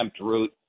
route